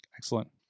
excellent